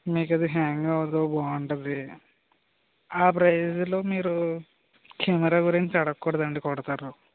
మీకు అది హ్యాంగ్ అవ్వదు బాగుంటుంది ఆ ప్రైస్లో మీరు కెమెరా గురించి అడగ కూడదండి కొడతారు